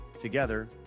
Together